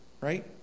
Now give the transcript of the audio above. right